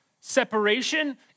separation